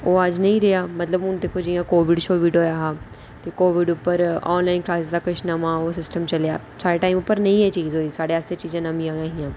ओह् अज्ज नेईं रेहा जि'यां हून दिक्खों हां कोविड हा ते ऑनलाईन क्लासें दा नमां सिस्टम चलेआ साढे टाइम पर नेईं एह् चीज होई साढ़े आस्तै एह् चीजां नमियां गै हियां